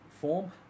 form